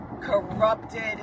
corrupted